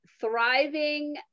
thriving